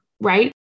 right